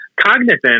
Cognizant